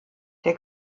der